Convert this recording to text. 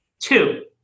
Two